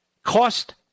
cost